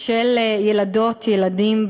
של ילדות, ילדים,